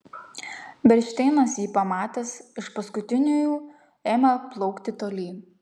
bernšteinas jį pamatęs iš paskutiniųjų ėmė plaukti tolyn